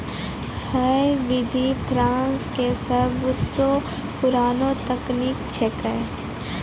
है विधि फ्रांस के सबसो पुरानो तकनीक छेकै